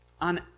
On